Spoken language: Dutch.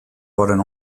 worden